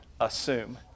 assume